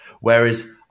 Whereas